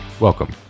welcome